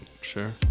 Sure